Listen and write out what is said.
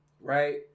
right